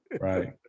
Right